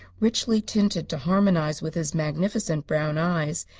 richly tinted to harmonize with his magnificent brown eyes,